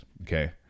okay